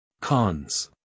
Cons